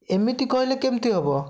ଏମିତି କହିଲେ କେମିତି ହବ